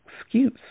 excuse